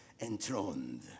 enthroned